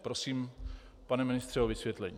Prosím, pane ministře, o vysvětlení.